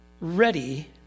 ready